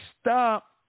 stop